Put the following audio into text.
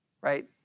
right